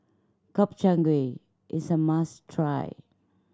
Gobchang Gui is a must try